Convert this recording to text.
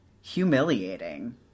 humiliating